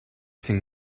cinc